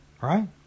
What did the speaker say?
right